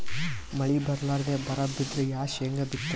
ಮಳಿ ಬರ್ಲಾದೆ ಬರಾ ಬಿದ್ರ ಯಾ ಶೇಂಗಾ ಬಿತ್ತಮ್ರೀ?